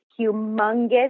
humongous